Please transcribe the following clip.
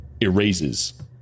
erases